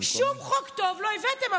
שום חוק טוב לא הבאתם.